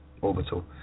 Orbital